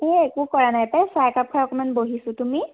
একো কৰা নাই পাই চাহ একাপ খাই অকণমান বহিছোঁ তুমি